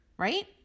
Right